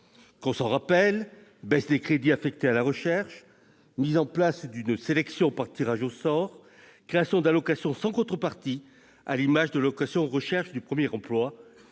Qu'on se le rappelle : baisse des crédits affectés à la recherche, mise en place d'une sélection par tirage au sort, création d'allocations sans contreparties, à l'image de l'aide à la recherche du premier emploi